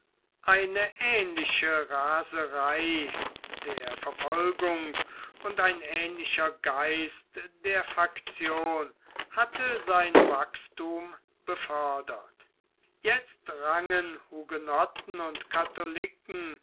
eine ähnliche raserei der verfolgung und ein ähnlicher geist der faktion hatte sein wachsthum befördert jetzt rangen hugenotten und katholiken